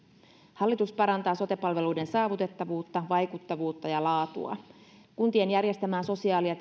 hallitus parantaa sote palveluiden saavutettavuutta vaikuttavuutta ja laatua kuntien järjestämään sosiaali ja